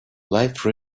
life